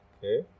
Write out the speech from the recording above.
Okay